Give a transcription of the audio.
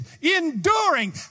enduring